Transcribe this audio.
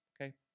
Okay